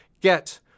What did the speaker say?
Get